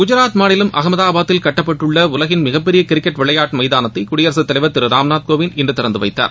குஜராத் மாநிலம் அகமதாபாத்தில் கட்டப்பட்டுள்ள உலகின் மிகப்பெரிய கிரிக்கெட் விளையாட்டு மைதானத்தை குடியரசுத் தலைவர் திரு ராம்நாத்கோவிந்த் இன்று திறந்து வைத்தார்